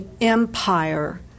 empire